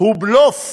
הוא בלוף.